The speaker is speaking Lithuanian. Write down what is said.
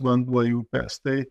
vanduo į upes tai